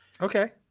okay